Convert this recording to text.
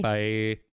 Bye